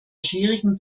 schwierigen